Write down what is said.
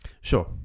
Sure